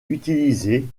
utilisé